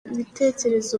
ibitekerezo